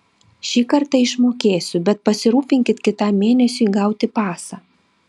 šį kartą išmokėsiu bet pasirūpinkit kitam mėnesiui gauti pasą